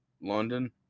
London